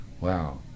Wow